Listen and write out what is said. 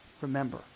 Remember